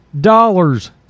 dollars